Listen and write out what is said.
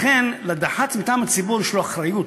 לדח"צ מטעם הציבור יש אחריות.